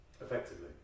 effectively